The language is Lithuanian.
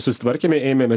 susitvarkėme ėmėme